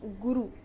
guru